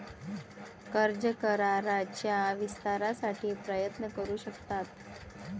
कर्ज कराराच्या विस्तारासाठी प्रयत्न करू शकतात